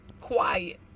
quiet